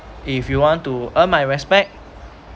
if you want to earn my respect